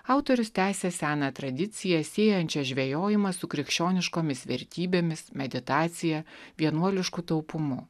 autorius tęsia seną tradiciją siejančią žvejojimą su krikščioniškomis vertybėmis meditacija vienuolišku taupumu